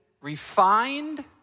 refined